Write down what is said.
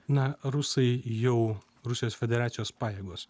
na rusai jau rusijos federacijos pajėgos